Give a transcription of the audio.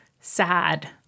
sad